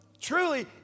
Truly